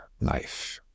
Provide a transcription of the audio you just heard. life